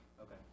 Okay